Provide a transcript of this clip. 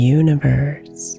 universe